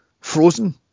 frozen